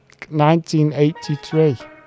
1983